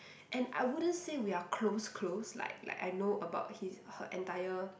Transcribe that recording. and I wouldn't say we are close close like like I know about his her entire